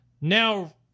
now